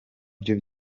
byo